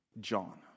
John